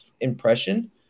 impression